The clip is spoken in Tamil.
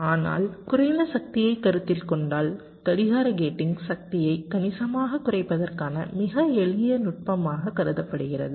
ஆனால் குறைந்த சக்தியைக் கருத்தில் கொண்டால் கடிகார கேட்டிங் சக்தியைக் கணிசமாகக் குறைப்பதற்கான மிக எளிய நுட்பமாகக் கருதப்படுகிறது